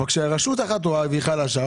אבל כשרשות אחת רואה והיא חלשה,